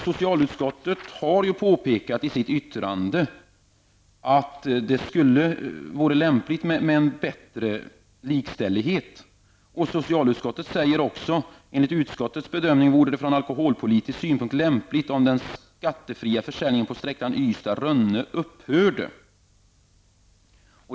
Socialutskottet har i sitt yttrande påpekat att det vore lämpligt med en bättre likställighet. Socialutskottet säger också att det enligt utskottets bedömning vore ur alkoholpolitisk synpunkt lämpligt om den skattefria försäljningen på sträckan Ystad--Rönne upphörde.